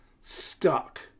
stuck